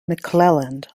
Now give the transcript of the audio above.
mcclelland